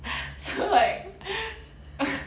so like